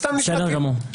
בסדר גמור.